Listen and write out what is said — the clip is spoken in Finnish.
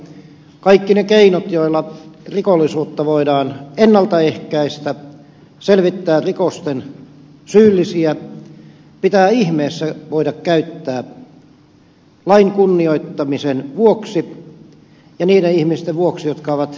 kaikki ne keinot joilla rikollisuutta voidaan ennalta ehkäistä selvittää rikoksiin syyllisiä pitää ihmeessä voida käyttää lain kunnioittamisen vuoksi ja niiden ihmisten vuoksi jotka ovat rikoksista kärsineet